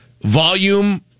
volume